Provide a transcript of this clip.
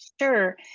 Sure